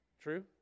True